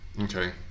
Okay